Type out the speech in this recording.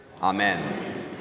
Amen